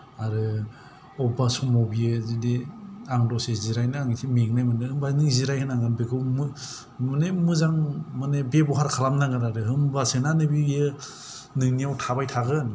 आरो बबेबा समाव बियो जुदि आं दसे जिरायनो आं इसे मेंनाय मोनदों होनबा नों जिरायहोनांगोन बेखौ माने मोजां माने बेब'हार खालामनांगोन आरो होम्बासोना नोंनि बियो नोंनियाव थाबाय थागोन